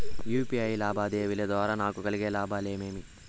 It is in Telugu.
యు.పి.ఐ లావాదేవీల ద్వారా నాకు కలిగే లాభాలు ఏమేమీ?